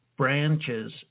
branches